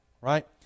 right